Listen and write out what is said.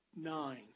nine